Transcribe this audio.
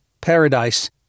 paradise